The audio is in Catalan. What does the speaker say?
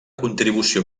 contribució